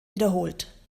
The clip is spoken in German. wiederholt